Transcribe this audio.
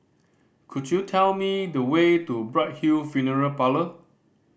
could you tell me the way to Bright Hill Funeral Parlour